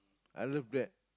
I love that